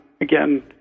again